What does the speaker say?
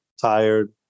tired